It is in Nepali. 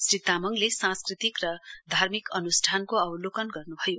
श्री तामाङले सांस्कृतिक र धार्मिक अन्ष्ठानको अवलोकन गर्न् भयो